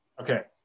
Okay